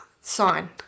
sign